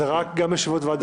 זה גם על ישיבות ועדה?